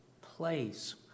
place